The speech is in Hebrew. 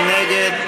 מי נגד?